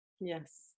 yes